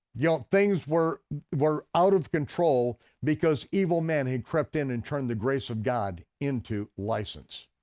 yeah things were were out of control because evil men had crept in and turned the grace of god into license.